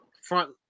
Front